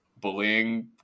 bullying